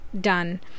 done